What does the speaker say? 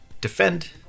defend